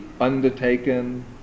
undertaken